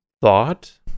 thought